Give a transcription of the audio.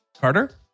Carter